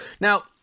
Now